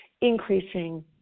Increasing